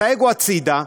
את האגו הצידה,